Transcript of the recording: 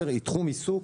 היא תחום עיסוק